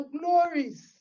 glories